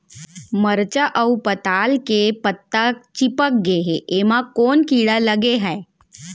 मरचा अऊ पताल के पत्ता चिपक गे हे, एमा कोन कीड़ा लगे है?